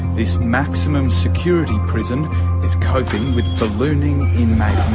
this maximum security prison is coping with ballooning inmate